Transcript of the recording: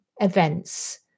events